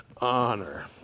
honor